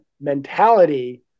mentality